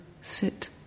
sit